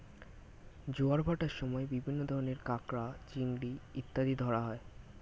জোয়ার ভাটার সময় বিভিন্ন ধরনের কাঁকড়া, চিংড়ি ইত্যাদি ধরা হয়